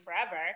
forever